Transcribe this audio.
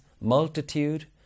multitude